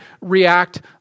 react